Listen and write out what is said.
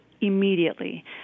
immediately